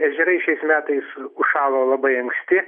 ežerai šiais metais užšalo labai anksti